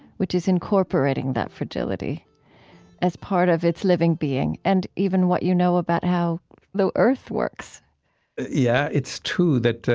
which is incorporating that fragility as part of its living being and even what you know about how the earth works yeah. it's true that